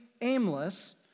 aimless